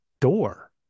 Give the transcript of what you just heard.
door